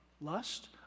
lust